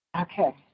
Okay